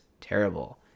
terrible